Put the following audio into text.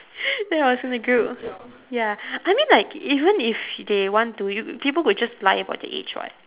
ya I was in the group ya I mean like even if they want to y~ people will just lie about their age [what]